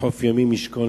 לחוף ימים ישכון,